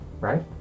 Right